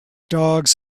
dogs